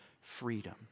freedom